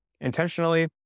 intentionally